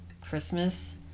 Christmas